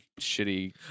shitty